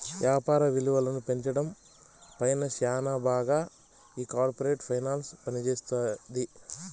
యాపార విలువను పెంచడం పైన శ్యానా బాగా ఈ కార్పోరేట్ ఫైనాన్స్ పనిజేత్తది